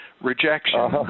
rejection